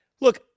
look